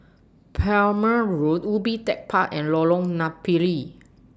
Palmer Road Ubi Tech Park and Lorong Napiri